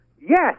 yes